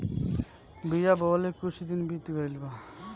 बिया बोवले कुछ दिन बीत गइल बा